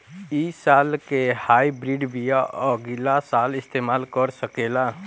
इ साल के हाइब्रिड बीया अगिला साल इस्तेमाल कर सकेला?